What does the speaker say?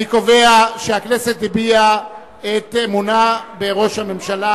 אני קובע שהכנסת הביעה את אמונה בראש הממשלה,